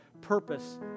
purpose